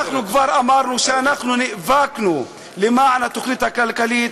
כבר אמרנו שנאבקנו למען התוכנית הכלכלית.